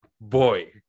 boy